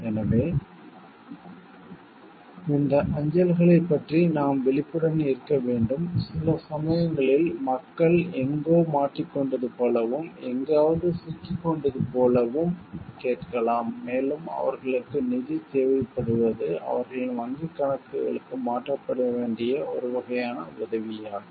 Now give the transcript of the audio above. எனவே இந்த அஞ்சல்களைப் பற்றி நாம் விழிப்புடன் இருக்க வேண்டும் சில சமயங்களில் மக்கள் எங்கோ மாட்டிக் கொண்டது போலவும் எங்காவது சிக்கிக்கொண்டது போலவும் கேட்கலாம் மேலும் அவர்களுக்கு நிதி தேவைப்படுவது அவர்களின் வங்கிக் கணக்குகளுக்கு மாற்றப்பட வேண்டிய ஒரு வகையான உதவியாகும்